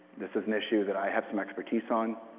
this is an issue that i have some expertise on,